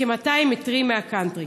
וכ-200 מטרים מהקאנטרי.